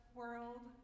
world